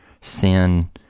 sin